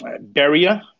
barrier